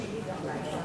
(הצבת יוצאי צבא בשירות בתי-הסוהר) (תיקון מס'